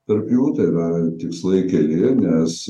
tarp jų tai yra tikslai keli nes